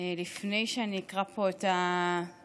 לפני שאני אקרא פה את הנאום,